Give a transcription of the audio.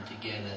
together